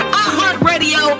iHeartRadio